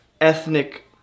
ethnic